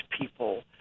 people